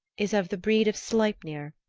is of the breed of sleipner,